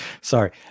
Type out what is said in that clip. Sorry